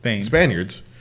Spaniards